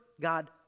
God